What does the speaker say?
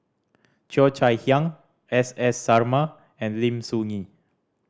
Cheo Chai Hiang S S Sarma and Lim Soo Ngee